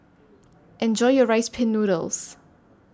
Enjoy your Rice Pin Noodles